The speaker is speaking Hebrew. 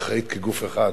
אחראית כגוף אחד,